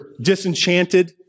disenchanted